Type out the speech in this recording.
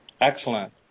Excellent